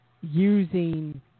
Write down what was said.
using